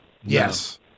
Yes